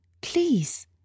Please